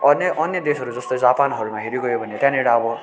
अन्य अन्य देशहरू जस्तै जापानहरूमा हेरी गयो भने त्यहाँनिर अब